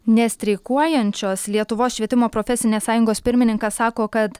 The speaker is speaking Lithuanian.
nestreikuojančios lietuvos švietimo profesinės sąjungos pirmininkas sako kad